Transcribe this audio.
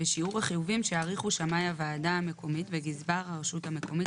בשיעור החיובים שיעריכו שמאי הוועדה המקומית וגזבר הרשות המקומית,